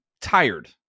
tired